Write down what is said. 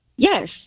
Yes